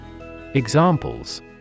Examples